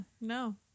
No